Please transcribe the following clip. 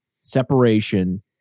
separation